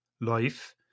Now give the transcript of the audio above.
life